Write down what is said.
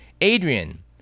Adrian